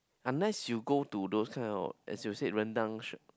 unless you go to those kind of as you say rendang shop